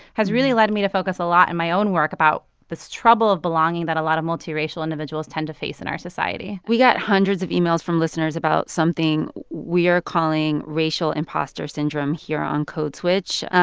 has really led me to focus a lot in my own work about this trouble of belonging that a lot of multiracial individuals tend to face in our society we got hundreds of emails from listeners about something we are calling racial impostor syndrome here on code switch.